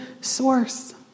source